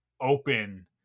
open